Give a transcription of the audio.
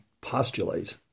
postulate